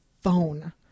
phone